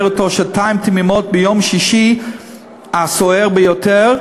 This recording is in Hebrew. אתו שעתיים תמימות ביום שישי הסוער ביותר.